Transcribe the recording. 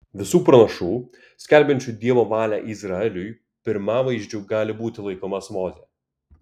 visų pranašų skelbiančių dievo valią izraeliui pirmavaizdžiu gali būti laikomas mozė